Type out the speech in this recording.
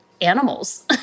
animals